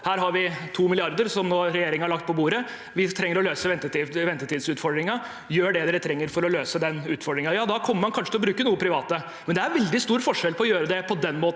Nå har regjeringen lagt 2 mrd. kr på bordet, vi trenger å løse ventetidsutfordringen, gjør det dere trenger for å løse den utfordringen. Da kommer man kanskje til å bruke noen private, men det er veldig stor forskjell på å gjøre det på den måten,